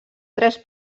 tres